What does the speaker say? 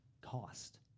cost